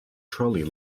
trolley